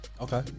Okay